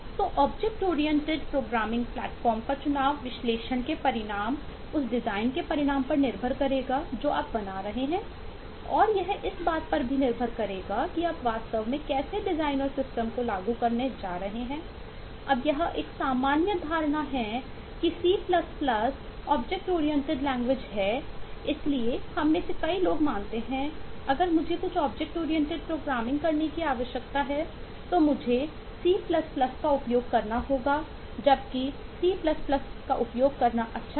तो object oriented programming platform का उपयोग करना अच्छा है इसके बहुत सारे फायदे है